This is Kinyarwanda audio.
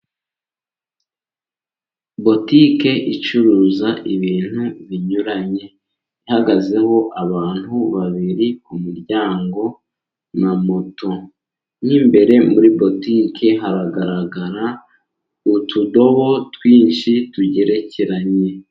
Butike icuruza ibintu binyuranye, ihagazeho abantu babiri kumuryango na moto, mw'imbere muri butike haragaragara utudobo twinshi tugerekeranye.